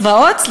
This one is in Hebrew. מקצבאות.